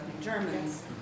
Germans